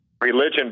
religion